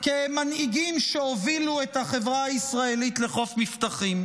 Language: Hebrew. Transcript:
כמנהיגים שהובילו את החברה הישראלית לחוף מבטחים.